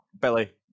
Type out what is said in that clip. Billy